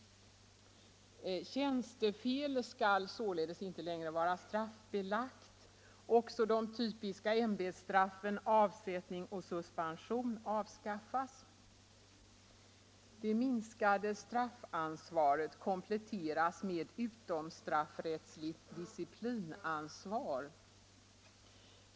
Tjänstefel skall således inte längre vara straffbelagt. Också de typiska ämbetsstraffen, avsättning och suspension avskaffas. Det minskade straffansvaret kompletteras med utomstraffrättsligt disciplinansvar.